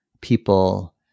people